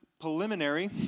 preliminary